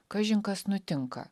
kažin kas nutinka